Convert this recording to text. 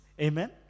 Amen